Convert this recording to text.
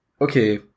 okay